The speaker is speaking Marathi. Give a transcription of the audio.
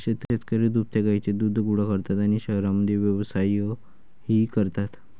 शेतकरी दुभत्या गायींचे दूध गोळा करतात आणि शहरांमध्ये व्यवसायही करतात